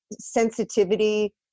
sensitivity